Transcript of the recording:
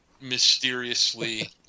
mysteriously